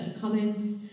comments